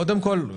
קודם כל,